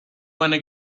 wanna